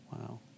Wow